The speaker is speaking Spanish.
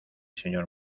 señor